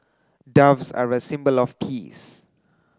doves are a symbol of peace